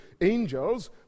angels